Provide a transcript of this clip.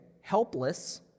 helpless